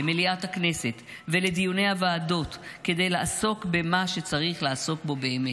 למליאת הכנסת ולדיוני הוועדות כדי לעסוק במה שצריך לעסוק בו באמת?